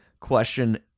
question